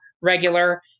regular